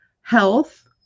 health